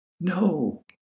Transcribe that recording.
No